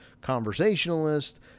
conversationalist